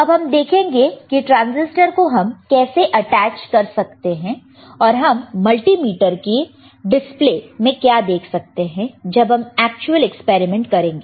अब हम देखेंगे कि ट्रांसिस्टर को हम कैसे अटैच कर सकते हैं और हम मल्टी मीटर की डिस्प्ले में क्या देख सकते हैं जब हम एक्चुअल एक्सपेरिमेंट करेंगे